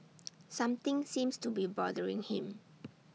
something seems to be bothering him